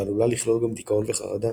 ועלולה לכלול גם דיכאון וחרדה,